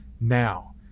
Now